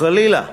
חלילה,